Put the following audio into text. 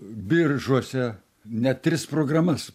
biržuose net tris programas